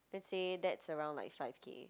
let's say that's around like five-K